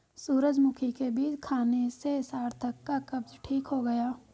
सूरजमुखी के बीज खाने से सार्थक का कब्ज ठीक हो गया